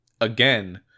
again